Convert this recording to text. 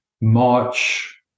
March